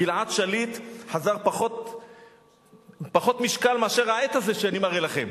גלעד שליט חזר עם פחות משקל מאשר העט הזה שאני מראה לכם,